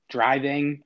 Driving